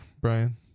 Brian